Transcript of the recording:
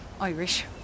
Irish